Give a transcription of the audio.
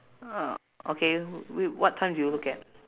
uh okay w~ what time do you look at